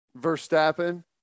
Verstappen